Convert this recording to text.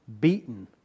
beaten